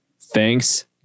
Thanks